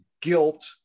guilt